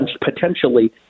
potentially